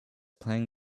playing